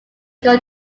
going